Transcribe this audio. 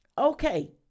Okay